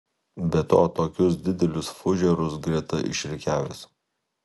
be to tokius didelius fužerus greta išrikiavęs